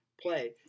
play